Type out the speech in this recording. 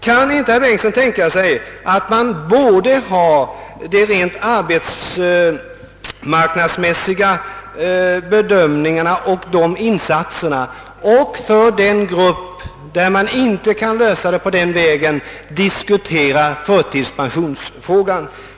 Kan inte herr Bengtsson tänka sig att först anlägga rent arbetsmarknadsmässiga bedömningar och insatser och att sedan diskutera frågan om förtidspension för de grupper vilkas problem inte kan lösas den vägen?